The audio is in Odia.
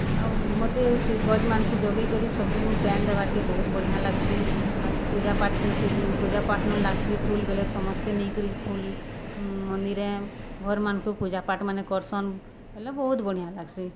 ଆଉ ମତେ ସେ ଗଛ୍ମାନ୍ଙ୍କୁ ଯୋଗେଇକରି ସବୁନୁ ପାଏନ୍ ଦେବାର୍କେ ବହୁତ୍ ବଢ଼ିଆଁ ଲାଗ୍ସି ଆଉ ପୂଜାପାଠ୍ ସେ ପୂଜାପାଠ୍ନୁ ଲାଗ୍ସି ଫୁଲ୍ ବେଲେ ସମସ୍ତେ ନେଇକରି ଫୁଲ୍ ମନ୍ଦିରେ ଘର୍ମାନଙ୍କୁ ପୂଜାପାଠ୍ ମାନେ କର୍ସନ୍ ହେଲେ ବହୁତ୍ ବଢ଼ିଆଁ ଲାଗ୍ସି